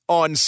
on